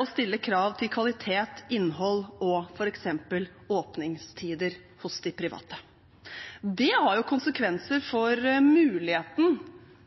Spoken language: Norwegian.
å stille krav til kvalitet, innhold og f.eks. åpningstider hos de private. Det har konsekvenser for muligheten